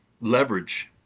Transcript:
leverage